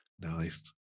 nice